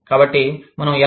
కాబట్టి మనం ఎలా